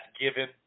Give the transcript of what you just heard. given